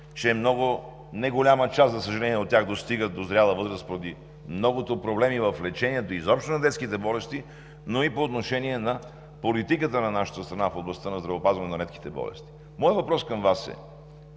съжаление, не голяма част от тях достигат до зряла възраст поради многото проблеми в лечението изобщо на детските болести, но и по отношение на политиката на нашата страна в областта на здравеопазването и лечението на редките болести. Моят въпрос към Вас е: